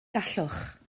gallwch